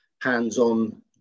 hands-on